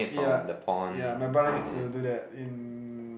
ya ya my brother used to do that in